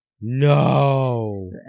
No